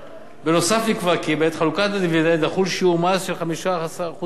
בנוסף נקבע כי בעת חלוקת הדיבידנד יחול שיעור מס של 15% בלבד.